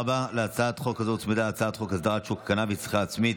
להצעת החוק הזו הוצמדה הצעת חוק אסדרת שוק הקנביס לצריכה עצמית,